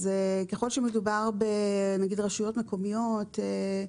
אז ככל שמדובר ברשויות מקומיות,